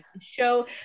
show